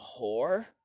whore